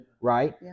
right